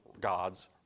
God's